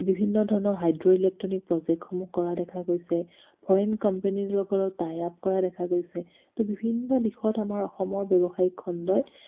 বিভিন্ন ধৰণৰ hydro electronic প্ৰজেক্টসমূহ কৰা দেখা গৈছে ফৰেন কম্পেনিৰ লগত টাই আপ কৰা দেখা গৈছে তো বিভিন্ন দিশত আমাৰ অসমৰ ব্যৱসায়িক খণ্ডই